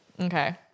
Okay